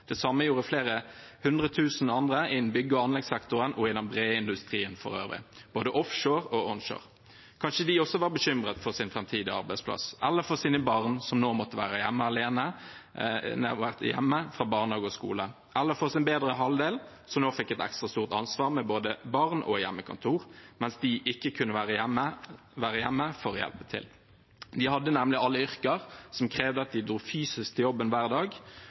Det samme gjorde flere hundre tusen andre innen bygg- og anleggssektoren og i den brede industrien for øvrig, både offshore og onshore. Kanskje de også var bekymret for sin framtidige arbeidsplass eller for sine barn som nå måtte være hjemme fra barnehage og skole, eller for sin bedre halvdel, som nå fikk et ekstra stort ansvar med både barn og hjemmekontor, mens de ikke kunne være hjemme for å hjelpe til. De hadde nemlig alle yrker som krevde at de dro fysisk til jobben hver dag,